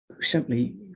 simply